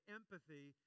empathy